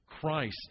Christ